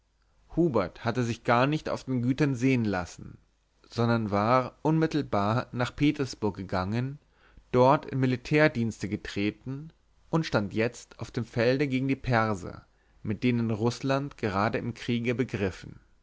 hubert hatte sich gar nicht auf den gütern sehen lassen sondern war unmittelbar nach petersburg gegangen dort in militärdienste getreten und stand jetzt auf dem felde gegen die perser mit denen rußland gerade im kriege begriffen